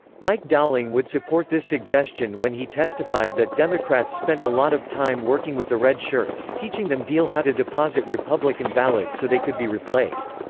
mike dowling would support this suggestion when he testified that democrats spent a lot of time working with the red shirts, teaching them deal how to deposit republican ballots so they could be replaced.